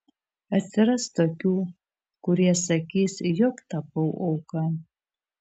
atsiras tokių kurie sakys jog tapau auka